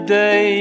day